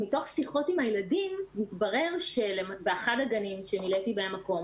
מתוך שיחות עם הילדים מתברר שבאחד הגנים שמילאתי בהם מקום